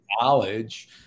knowledge